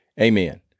Amen